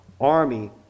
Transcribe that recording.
army